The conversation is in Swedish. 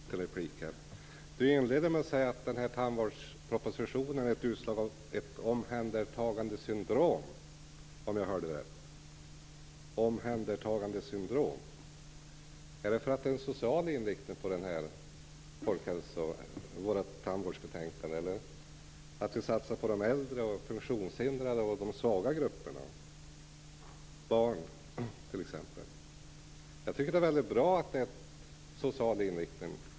Fru talman! Göran Lindblad inledde med att säga att tandvårdspropositionen är ett utslag av ett omhändertagandesyndrom. Beror det på att betänkandet om tandvården har en social inriktning, på att vi där satsar på de svaga grupperna, t.ex. de äldre och de funktionshindrade? Jag tycker att det är väldigt bra att tandvårdsbetänkandet har en social inriktning.